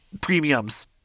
premiums